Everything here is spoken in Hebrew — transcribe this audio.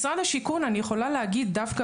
משרד השיכון אני יכולה להגיד דווקא